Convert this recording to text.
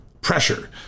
pressure